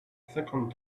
cinquante